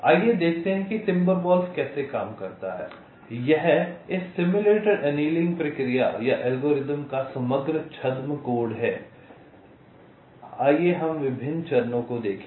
आइए देखते हैं कि टिम्बरवॉल्फ कैसे काम करता है यह इस सिम्युलेटेड एनीलिंग प्रक्रिया या एल्गोरिथ्म का समग्र छद्म कोड है आइए हम विभिन्न चरणों को देखें